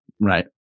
Right